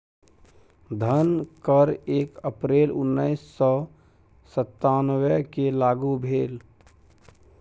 धन कर एक अप्रैल उन्नैस सौ सत्तावनकेँ लागू भेल